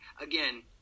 again